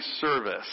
service